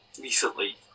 recently